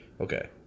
Okay